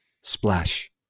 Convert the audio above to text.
Splash